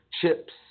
chips